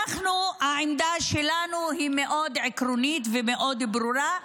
העמדה שלנו היא מאוד עקרונית ומאוד ברורה,